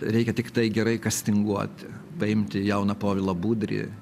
reikia tiktai gerai kastinguoti paimti jauną povilą budrį